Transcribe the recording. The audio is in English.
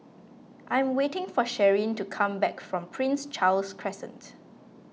I am waiting for Sharyn to come back from Prince Charles Crescent